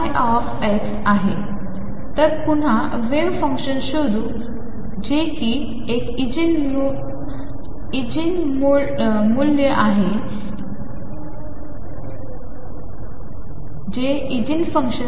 आहे तर पुन्हा वेव्ह फंक्शन शोधू जे कि एक ईगीन मूल्य आहे जे वेव्ह फंक्शनशी संबंधित आहे